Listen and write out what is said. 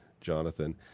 Jonathan